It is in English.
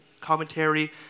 commentary